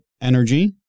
energy